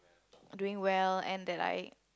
doing well and that I